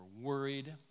worried